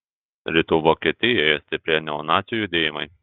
rytų vokietijoje stiprėja neonacių judėjimai